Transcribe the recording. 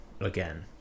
again